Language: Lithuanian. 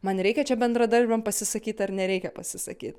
man reikia čia bendradarbiam pasisakyt ar nereikia pasisakyt